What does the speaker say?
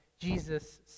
Jesus